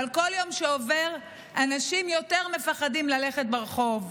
אבל כל יום שעובר אנשים יותר מפחדים ללכת ברחוב.